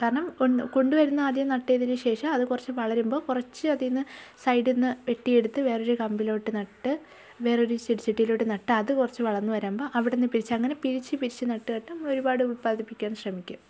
കാരണം കൊണ്ടുവരുന്ന ആദ്യം നട്ടതിന് ശേഷം അത് കുറച്ച് വളരുമ്പോൾ കുറച്ച് അതിൽനിന്ന് സൈഡിൽനിന്ന് വെട്ടി എടുത്ത് വേറൊരു കമ്പിലോട്ട് നട്ട് വേറൊരു ചെടി ചട്ടിയിലോട്ട് നട്ട് അത് കുറച്ച് വളർന്നു വരുമ്പോൾ അവിടെനിന്ന് പിരിച്ച് അങ്ങനെ പിരിച്ച പിരിച്ച് നട്ട് നട്ട് നമ്മൾ ഒരുപാട് ഉൽപ്പാദിപ്പിക്കാൻ ശ്രമിക്കും